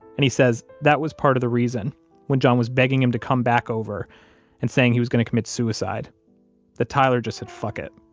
and he says that was part of the reason when john was begging him to come back over and saying he was going to commit suicide that tyler just said, fuck it,